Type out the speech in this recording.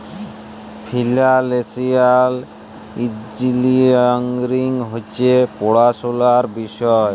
financial engineering হছে পড়াশুলার বিষয়